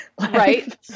Right